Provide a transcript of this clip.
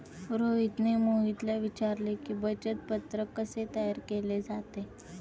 रोहितने मोहितला विचारले की, बचत पत्रक कसे तयार केले जाते?